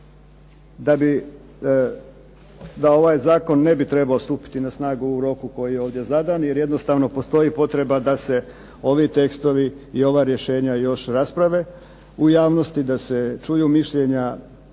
da ovaj Zakon ne bi trebao stupiti na snagu u roku koji je ovdje zadan, jer jednostavno postoji potreba da se ovi tekstovi i ova rješenja još rasprave u javnosti, da se čuju mišljenja